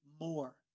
more